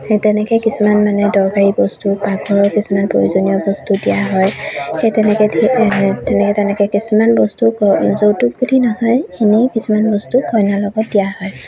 সেই তেনেকৈ কিছুমান মানে দৰকাৰী বস্তু পাকঘৰৰ কিছুমান প্ৰয়োজনীয় বস্তু দিয়া হয় সেই তেনেকৈ ধ তেনেকৈ তেনেকৈ কিছুমান বস্তু যৌতুক বুলি নহয় এনেই কিছুমান বস্তু কইনাৰ লগত দিয়া হয়